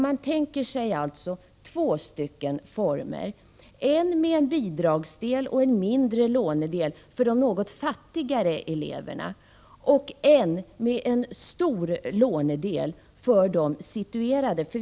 Man tänker sig alltså två olika former: en med en bidragsdel och en mindre lånedel för de något fattigare eleverna och en med en stor lånedel för de välsituerade.